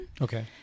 Okay